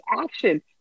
action